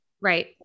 Right